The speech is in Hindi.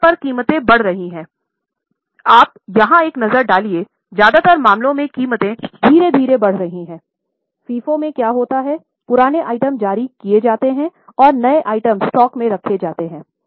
आम तौर पर कीमतें बढ़ रही हैं आप यहाँ एक नज़र डालिये ज्यादातर मामलों में कीमतें धीरे धीरे बढ़ रही हैं FIFOमें क्या होता है पुराने आइटम जारी किए जाते हैं और नए आइटम स्टॉक में रहते हैं